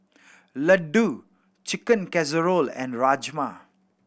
Ladoo Chicken Casserole and Rajma